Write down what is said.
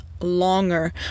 longer